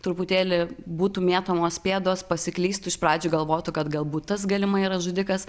truputėlį būtų mėtomos pėdos pasiklystų iš pradžių galvotų kad galbūt tas galimai yra žudikas